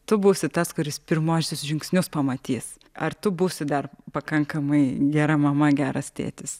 tu būsi tas kuris pirmuosius žingsnius pamatys ar tu būsi dar pakankamai gera mama geras tėtis